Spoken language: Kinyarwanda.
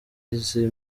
izi